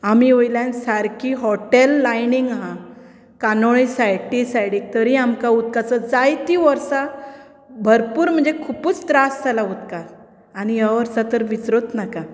आमी वयल्यान सारकीं हॉटेल लायनीक आहा कानोळे ते सायडिक तरी आमकां उदकाचो जायतीं वर्सां भरपूर म्हणजे खूपूच त्रास जालां उदकाक आनी ह्या वर्सा तर विचारूत नाका